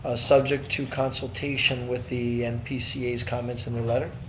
ah subject to consultation with the npca's comments in their letter,